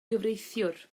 gyfreithiwr